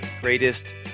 Greatest